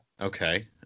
Okay